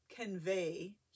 convey